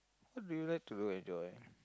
what do we like to enjoy ah